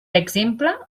exemple